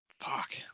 Fuck